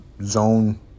zone